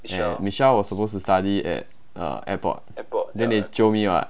and michelle was supposed to study at the airport then they jio me [what]